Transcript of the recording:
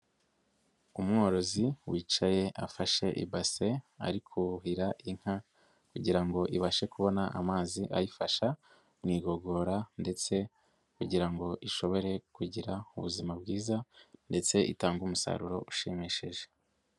Umworozi wicaye afashe ibase ari kuhira inka kugira ngo ibashe kubona amazi ayifasha mu igogora ndetse kugira ngo ishobore kugira ubuzima bwiza ndetse itange umusaruro ushimishije.